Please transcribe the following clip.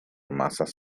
masas